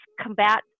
combat